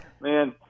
man